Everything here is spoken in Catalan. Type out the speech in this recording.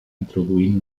introduint